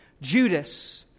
Judas